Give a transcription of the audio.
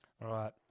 Right